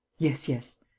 yes. yes.